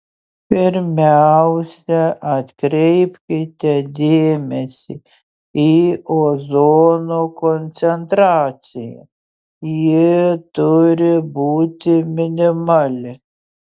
pirmiausia atkreipkite dėmesį į ozono koncentraciją ji turi būti minimali